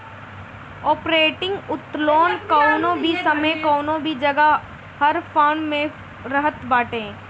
operating उत्तोलन कवनो भी समय कवनो भी जगह हर फर्म में रहत बाटे